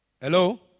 Hello